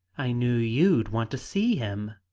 i knew you'd want to see him.